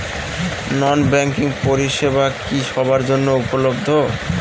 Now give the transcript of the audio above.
নন banking পরিষেবা কি সবার জন্য উপলব্ধ?